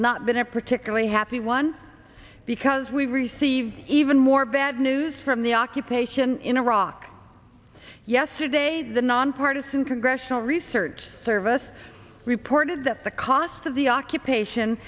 not been a particularly happy one because we received even more bad news from the occupation in iraq yesterday the nonpartizan congressional research service reported that the cost of the occupation